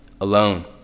alone